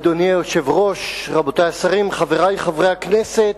אדוני היושב-ראש, רבותי השרים, חברי חברי הכנסת,